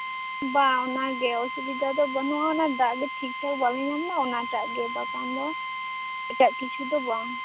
ᱵᱟ ᱚᱱᱟ ᱜᱮ ᱚᱥᱩᱵᱤᱫᱟ ᱫᱚ ᱵᱟᱹᱱᱩᱜᱼᱟ ᱚᱱᱟ ᱫᱟᱜ ᱜᱮ ᱴᱤᱠ ᱴᱷᱟᱠ ᱵᱟᱞᱮ ᱧᱟᱢ ᱮᱫᱟ ᱚᱱᱟᱴᱟᱜ ᱜᱮ ᱵᱟᱠᱷᱟᱱ ᱫᱚ ᱮᱴᱟᱜ ᱠᱤᱪᱷᱩ ᱫᱚ ᱵᱟᱝ